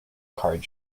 card